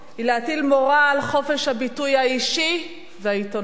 היא להטיל מורא על חופש הביטוי האישי והעיתונאי.